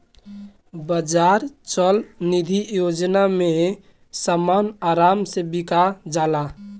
बाजार चल निधी योजना में समान आराम से बिका जाला